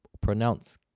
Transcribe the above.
pronounce